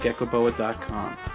geckoboa.com